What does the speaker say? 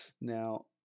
now